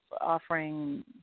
offering